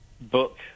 book